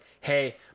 hey